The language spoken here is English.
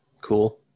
cool